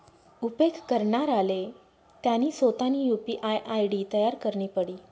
उपेग करणाराले त्यानी सोतानी यु.पी.आय आय.डी तयार करणी पडी